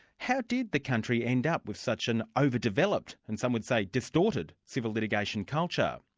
how did the country end up with such an over-developed and some would say distorted civil litigation culture?